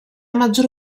maggior